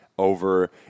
Over